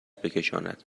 بکشاند